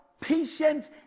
Patient